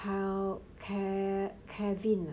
cow~ care~ kevin ah